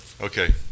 Okay